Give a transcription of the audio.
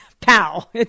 Pow